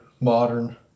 modern